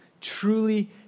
truly